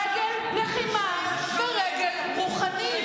רגל לחימה ורגל רוחנית.